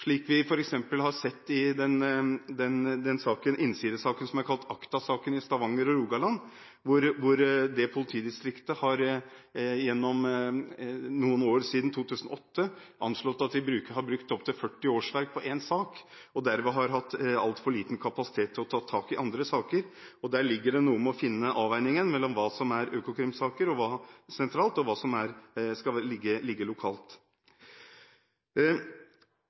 slik vi f.eks. har sett i den innsidesaken i Stavanger og Rogaland som kalles Acta-saken. Der har politidistriktet anslått at de gjennom noen år, siden 2008, har brukt opptil 40 årsverk på én sak, og derved har hatt altfor liten kapasitet til å ta tak i andre saker. I dette ligger det noe om å finne avveiningen mellom hva som er saker for Økokrim sentralt, og hva som skal ligge lokalt.